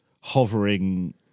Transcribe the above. hovering